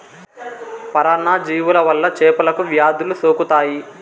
పరాన్న జీవుల వల్ల చేపలకు వ్యాధులు సోకుతాయి